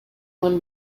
one